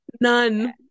None